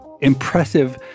impressive